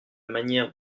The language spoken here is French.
manière